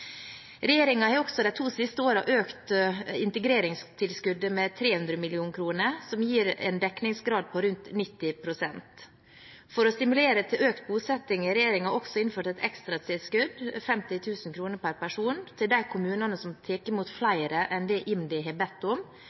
har de to siste årene også økt integreringstilskuddet med 300 mill. kr, som gir en dekningsgrad på rundt 90 pst. For å stimulere til økt bosetting har regjeringen også innført et ekstratilskudd, 50 000 kr per person, til de kommunene som tar imot flere enn det IMDi har bedt om,